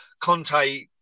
Conte